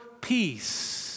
peace